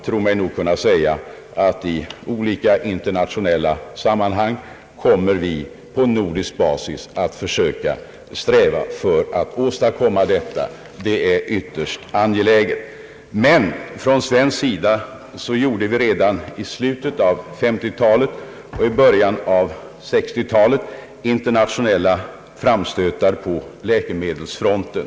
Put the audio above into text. Vi kommer i olika internationella sammanhang att försöka åstadkomma en skärpt kontroll. Från svensk sida gjorde vi redan i slutet av 1950-talet och i början av 1960-talet internationella framstötar på läkemedelsfronten.